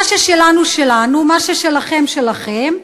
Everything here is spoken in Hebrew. מה ששלנו, שלנו, מה ששלכם, שלכם.